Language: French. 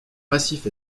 massif